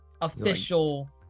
official